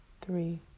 three